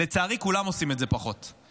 לצערי, כולם עושים את זה פחות.